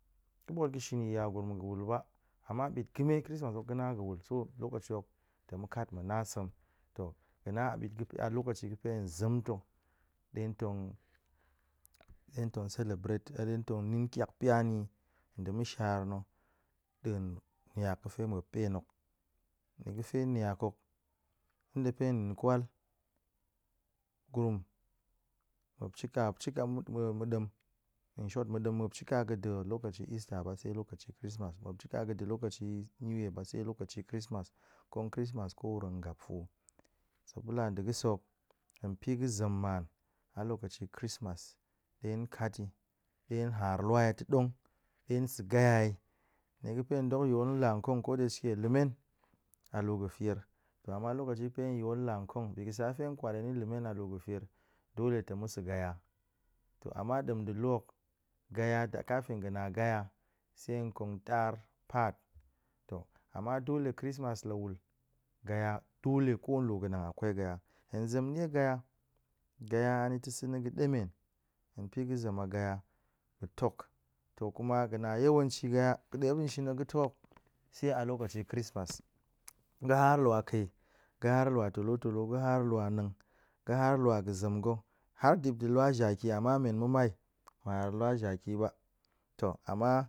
Ga̱ ɓot ga̱ shin yi yagurum ga̱ wul ba, a bit ga̱me chrismas hok ga̱na ga̱ wul so lokaci hok tong ma̱ kat ma̱ na sem to ga̱ na a bit ga̱ alokaci ga̱fe hen zem to de tong de tong celebrate de tong nin tiak pia ni yi de ma̱shar na̱ nḏa̱a̱n niak ga̱fe muop pen hok nie ga̱fe in de ga̱fe hen din kwal, gurum muop mu shika shika ma̱ dem in short ma̱ muop shika ga̱do lokaci easter ba se lokaci chrismas muop shika ga̱ de lokaci new year ba se lokaci chrismas kong chrismas kowuro tong gap fu, sobila nde ga̱ sek hen pi ga̱ zem alokaci chrismas, de kat ti de haar lua yi dong, de se gaya, nie ga̱pe hen dong yol kong ko da sheke lu men a lu ga̱fer to ama lokaci ga̱fe hen yol la kong bi ga̱ sa hen kwal hen ni lu men a lu ga̱fer dole tong ma̱ se gaya to ama dem de lu hok gaya kafin ga̱ na gaya se kong tar bat, to ama dole chrismas la wul, gaya do ko lu ga̱nang a kwai gaya, hen zem nie gaya, gaya anita̱ se na̱ ta̱ ga̱demen, hen pi ga̱ zem a gaya ga̱ tok, to kuma ga̱ na yowanci gaya ga̱de muop tong shit yi ga̱ tok hok se alokaci chrismas ga̱ haar lua kee, ga haar lua tolotolo, ga̱ haar neng, ga̱ haar lua ga̱ zem ga̱, har dip nde lua jaki, ama men ma̱mai ma̱ haar lua jaki ba to ama